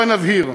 הבה נבהיר: